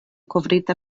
kovrita